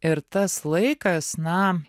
ir tas laikas na